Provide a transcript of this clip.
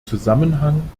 zusammenhang